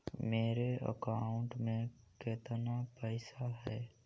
मेरे अकाउंट में केतना पैसा है?